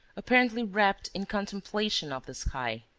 apparently wrapped in contemplation of the sky.